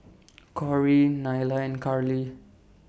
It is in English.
Corry Nyla and Karly